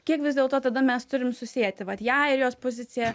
kiek vis dėlto tada mes turim susieti vat ją ir jos poziciją